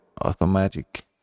automatic